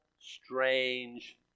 strange